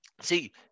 See